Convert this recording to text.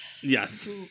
Yes